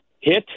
hit